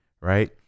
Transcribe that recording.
right